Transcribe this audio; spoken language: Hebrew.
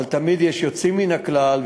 אבל תמיד יש יוצאים מן הכלל,